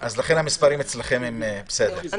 אוקי.